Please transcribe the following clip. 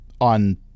on